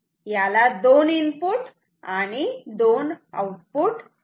याला दोन इनपुट आणि दोन आउटपुट आहेत